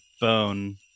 bone